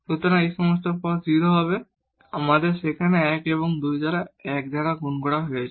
সুতরাং এই সমস্ত টার্ম 0 হবে আমাদের সেখানে 1 এবং 2 কে 1 দ্বারা গুণ করা হয়েছে